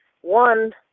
one